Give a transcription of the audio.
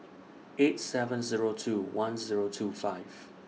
eight seven Zero two one Zero two five